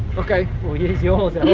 okay. we'll use yours.